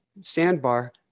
sandbar